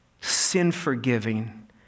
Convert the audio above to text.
sin-forgiving